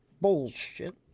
bullshit